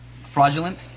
fraudulent